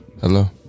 hello